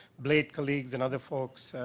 blade colleagues and other folks,